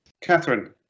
Catherine